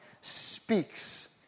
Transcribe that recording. speaks